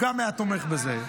הוא גם היה תומך בזה.